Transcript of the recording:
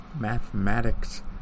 Mathematics